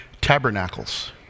Tabernacles